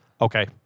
Okay